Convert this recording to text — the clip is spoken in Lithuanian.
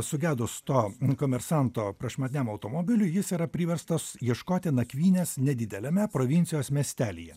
sugedus to komersanto prašmatniam automobiliui jis yra priverstas ieškoti nakvynės nedideliame provincijos miestelyje